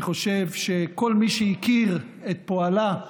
אני חושב שכל מי שהכיר את פועלה,